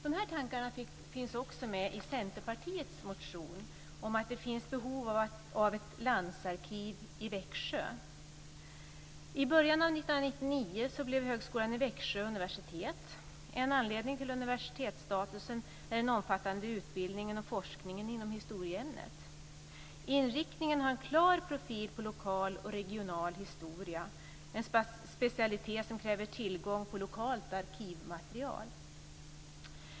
Dessa tankar finns också med i Centerpartiets motion och att det finns behov av ett landsarkiv i Växjö. I början av 1999 blev högskolan i Växjö universitet. En anledning till universitetsstatusen är den omfattande utbildningen och forskningen inom historieämnet. Inriktningen har en klar profil på lokal och regional historia, en specialitet som kräver tillgång på lokalt arkivmaterial.